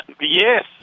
Yes